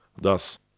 Thus